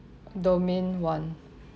domain one